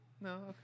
No